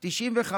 95,